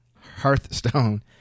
Hearthstone